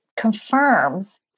confirms